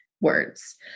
words